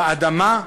באדמה,